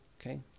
Okay